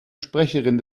sprecherin